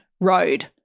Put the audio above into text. road